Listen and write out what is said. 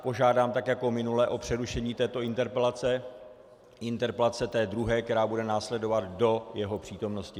Požádám tak jako minule o přerušení této interpelace i té druhé interpelace, která bude následovat, do jeho přítomnosti.